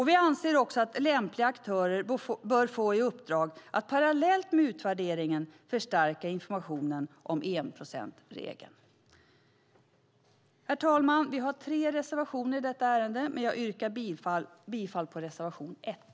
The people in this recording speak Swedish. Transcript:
Vi anser också att lämpliga aktörer bör få i uppdrag att parallellt med utvärderingen förstärka informationen om enprocentsregeln. Herr talman! Socialdemokraterna har tre reservationer i detta ärende, men jag yrkar bifall endast till reservation 1.